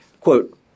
quote